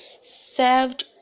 served